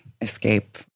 escape